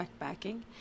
backpacking